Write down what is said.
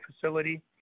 facility